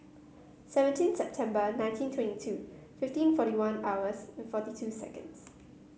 seventeen September nineteen twenty two fifteen forty one hours forty two seconds